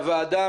לוועדה,